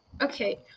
Okay